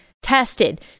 tested